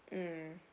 mm